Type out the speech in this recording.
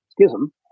schism